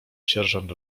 sierżant